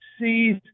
sees